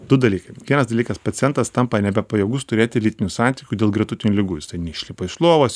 du dalykai vienas dalykas pacientas tampa nebepajėgus turėti lytinių santykių dėl gretutinių ligų jis ten neišlipa iš lovos